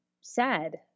sad